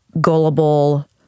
gullible